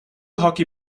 hockey